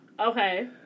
Okay